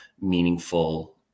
meaningful